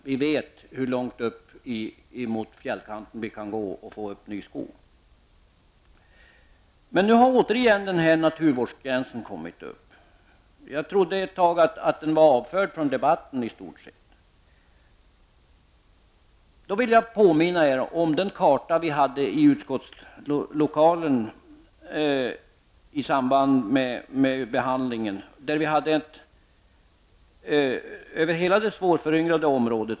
Vi vet hur långt upp emot fjällkanten vi kan få upp ny skog. Nu har återigen naturvårdsgränsen kommit upp. Jag trodde ett tag att den i stort sett var avförd från debatten. Jag vill påminna er om den karta vi hade i utskottslokalen i samband med behandlingen.